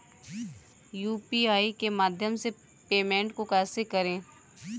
UPI के माध्यम से पेमेंट को कैसे करें?